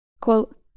Quote